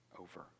over